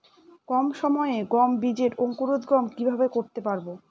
কম সময়ে গম বীজের অঙ্কুরোদগম কিভাবে করতে পারব?